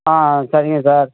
ஆ ஆ சரிங்க சார்